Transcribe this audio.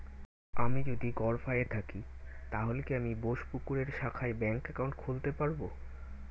আমি যদি গরফায়ে থাকি তাহলে কি আমি বোসপুকুরের শাখায় ব্যঙ্ক একাউন্ট খুলতে পারবো?